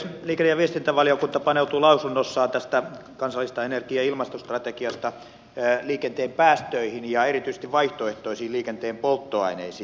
liikenne ja viestintävaliokunta paneutuu lausunnossaan tästä kansallisesta energia ja ilmastostrategiasta liikenteen päästöihin ja erityisesti vaihtoehtoisiin liikenteen polttoaineisiin